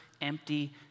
empty